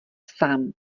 sám